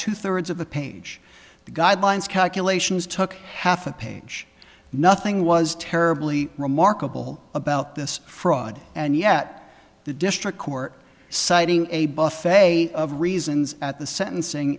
two thirds of the page the guidelines calculations took half a page nothing was terribly remarkable about this fraud and yet the district court citing a buff a of reasons at the sentencing